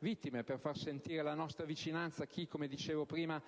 vittime e per far sentire la nostra vicinanza a chi ha perso tutto, come dicevo prima: